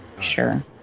sure